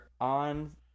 on